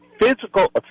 physical